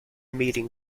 meeting